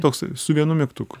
toks su vienu mygtuku